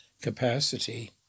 capacity